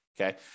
Okay